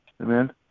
Amen